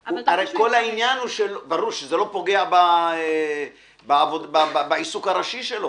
כמובן, כשזה לא פוגע בעיסוקו הראשי.